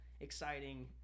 exciting